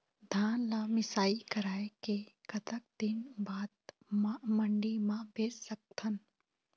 धान ला मिसाई कराए के कतक दिन बाद मा मंडी मा बेच सकथन?